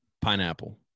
Pineapple